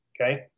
Okay